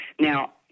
Now